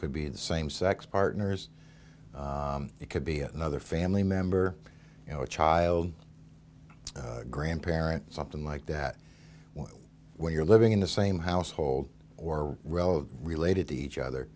could be the same sex partners it could be another family member you know a child grandparent something like that when you're living in the same household or relative related to each other